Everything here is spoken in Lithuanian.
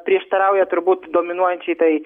prieštarauja turbūt dominuojančiai tai